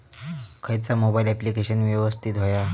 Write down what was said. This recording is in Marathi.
खयचा मोबाईल ऍप्लिकेशन यवस्तित होया?